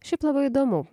šiaip labai įdomu